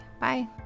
Bye